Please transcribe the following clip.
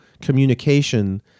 communication